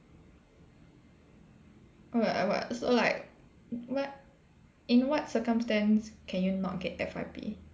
what what so like what in what circumstance can you not get F_Y_P